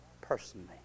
personally